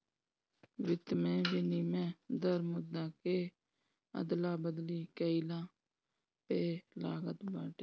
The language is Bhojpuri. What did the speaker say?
वित्त में विनिमय दर मुद्रा के अदला बदली कईला पअ लागत बाटे